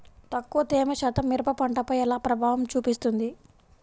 తక్కువ తేమ శాతం మిరప పంటపై ఎలా ప్రభావం చూపిస్తుంది?